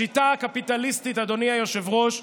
השיטה הקפיטליסטית, אדוני היושב-ראש,